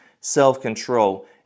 self-control